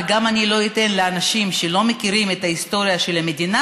אבל אני גם לא אתן לאנשים שלא מכירים את ההיסטוריה של המדינה